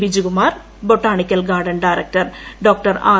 Bijukumar botanical garden director ഡ്ട്രൂ R